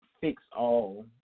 fix-all